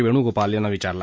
वेणूगोपाल यांना विचारला